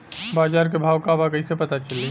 बाजार के भाव का बा कईसे पता चली?